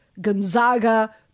Gonzaga